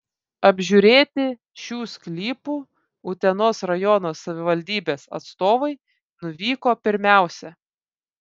apžiūrėti šių sklypų utenos rajono savivaldybės atstovai nuvyko pirmiausia